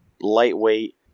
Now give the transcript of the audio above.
lightweight